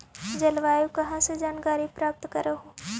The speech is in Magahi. जलवायु कहा से जानकारी प्राप्त करहू?